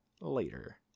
later